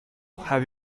have